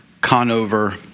Conover